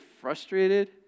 frustrated